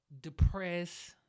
depressed